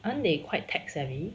aren't they quite tech savvy